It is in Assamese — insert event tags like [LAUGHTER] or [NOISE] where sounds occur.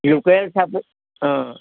লোকেল [UNINTELLIGIBLE] অঁ